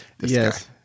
Yes